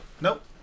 Nope